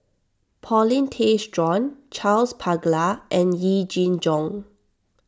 Paulin Tay Straughan Charles Paglar and Yee Jenn Jong